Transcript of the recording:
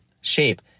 shape